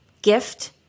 Gift